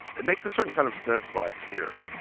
it makes a certain kind of sense why it's here.